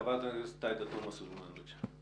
חברת הכנסת עאידה תומא סלימאן, בבקשה.